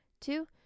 two